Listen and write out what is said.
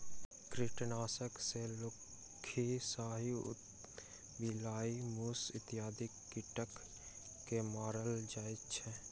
कृंतकनाशक सॅ लुक्खी, साही, उदबिलाइ, मूस इत्यादि कृंतक के मारल जाइत छै